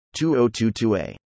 2022a